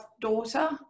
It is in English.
daughter